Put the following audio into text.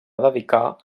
dedicar